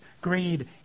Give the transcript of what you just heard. greed